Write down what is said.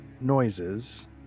noises